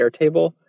Airtable